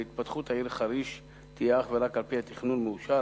והתפתחות העיר חריש תהיה אך ורק על-פי תכנון מאושר,